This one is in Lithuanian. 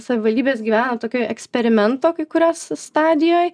savivaldybės gyvena tokioje eksperimento kai kurios stadijoj